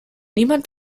niemand